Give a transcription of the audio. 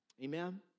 amen